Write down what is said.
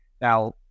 Now